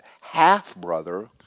half-brother